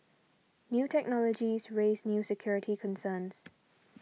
new technologies raise new security concerns